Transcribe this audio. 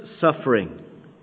suffering